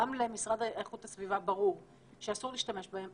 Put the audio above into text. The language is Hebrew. גם למשרד להגנת הסביבה ברור שאסור להשתמש בהן,